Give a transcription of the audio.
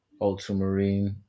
Ultramarine